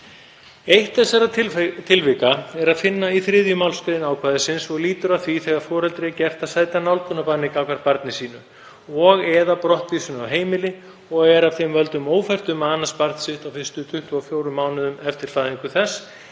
Eitt þessara tilvika er að finna í 3. mgr. ákvæðisins og lýtur að því þegar foreldri er gert að sæta nálgunarbanni gagnvart barni sínu og/eða brottvísun af heimili og er af þeim völdum ófært um að annast barn sitt á fyrstu 24 mánuðunum eftir fæðingu þess